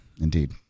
Indeed